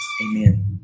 Amen